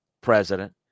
president